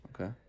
Okay